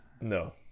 no